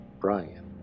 Brian